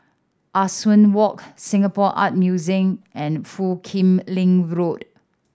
Ah Soo Walk Singapore Art Museum and Foo Kim Lin Road